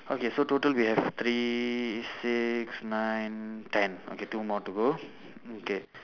okay so total we have three six nine ten okay two more to go okay